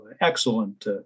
excellent